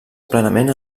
plenament